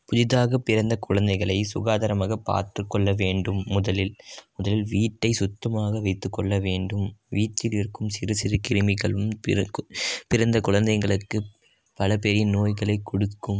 புதிதாக பிறந்த குழந்தைகளை சுகாதாரமாக பார்த்து கொள்ள வேண்டும் முதலில் முதலில் வீட்டை சுத்தமாக வைத்து கொள்ள வேண்டும் வீட்டில் இருக்கும் சிறு சிறு கிருமிகளும் பிறக்கும் பிறந்த குழந்தைங்களுக்கு பல பெரிய நோய்களை கொடுக்கும்